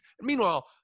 meanwhile